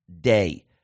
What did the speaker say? day